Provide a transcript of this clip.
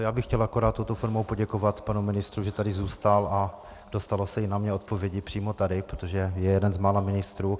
Já bych chtěl akorát touto formou poděkovat panu ministrovi, že tady zůstal a dostavil se na mé odpovědi přímo tady, protože je jeden z mála ministrů.